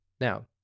Now